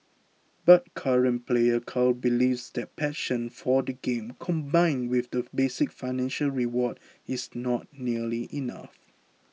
but current player Carl believes that passion for the game combined with a basic financial reward is not nearly enough